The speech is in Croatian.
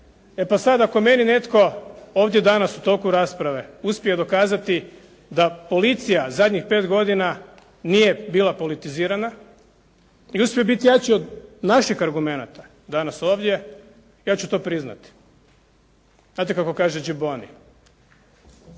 E pa sad ako meni netko ovdje danas u toku rasprave uspije dokazati da policija zadnjih 5 godina nije bila politizirana i uspije biti jači od naših argumenata danas ovdje, ja ću to priznati. Znate kako kaže Giboni?